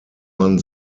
man